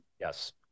Yes